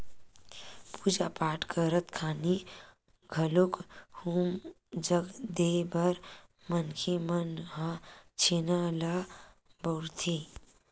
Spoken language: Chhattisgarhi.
पूजा पाठ करत खानी घलोक हूम जग देय बर मनखे मन ह छेना ल बउरथे